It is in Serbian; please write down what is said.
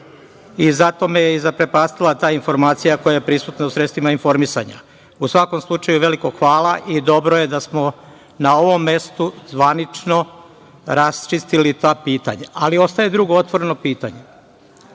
i zato me je i zaprepastila ta informacija koja je prisutna u sredstvima informisanja. U svakom slučaju, veliko hvala i dobro je da smo na ovom mestu zvanično raščistili ta pitanja. Ali, ostaje drugo otvoreno pitanje,